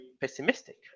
pessimistic